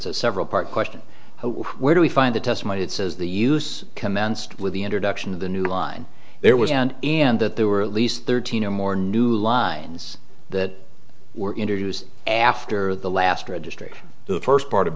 several part question where do we find the testimony that says the use commenced with the introduction of the new line there was and and that there were at least thirteen or more new lines that were introduced after the last registry the first part of